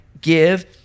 give